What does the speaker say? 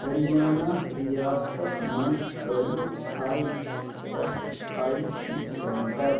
ۂریانہ ریاستس مَنٛز ہٲیِو I S I C centre